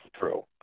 true